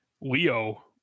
Leo